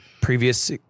previous